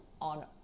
on